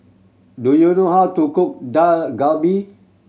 do you know how to cook Dak Galbi